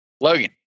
Logan